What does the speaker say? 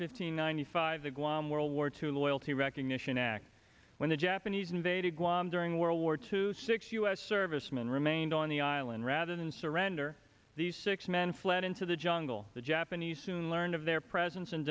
fifteen ninety five the guam world war two loyalty recognition act when the japanese invaded guam during world war two six u s servicemen remained on the island rather than surrender these six men fled into the jungle the japanese soon learned of their presence and